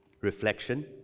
reflection